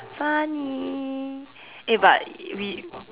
funny eh but we